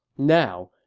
now,